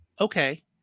Okay